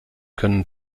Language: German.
können